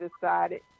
decided